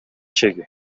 чеги